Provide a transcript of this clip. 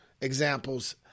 examples